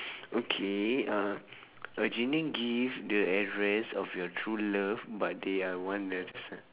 okay uh a genie give the address of your true love but they are